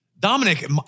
Dominic